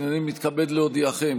הינני מתכבד להודיעכם,